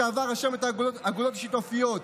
לשעבר רשמת האגודות השיתופיות,